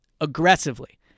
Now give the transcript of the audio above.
aggressively